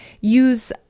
use